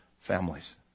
families